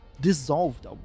dissolved